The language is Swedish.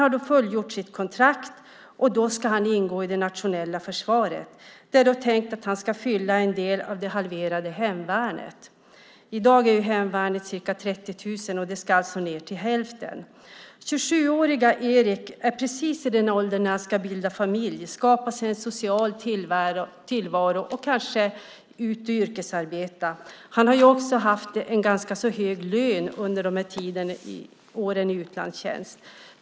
Han har fullgjort sitt kontrakt, och då ska han ingå i det nationella försvaret. Det är då tänkt att han ska vara en del i det halverade hemvärnet. I dag omfattar hemvärnet ca 30 000 personer, och det ska alltså ned till hälften. 27-årige Erik är precis i den ålder då han ska bilda familj, skapa sig en social tillvaro och kanske komma ut och yrkesarbeta. Han har också haft en ganska hög lön under åren i utlandstjänst.